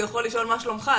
הוא יכול לשאול מה שלומך.